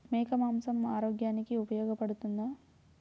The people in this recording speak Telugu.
మేక మాంసం ఆరోగ్యానికి ఉపయోగపడుతుందా?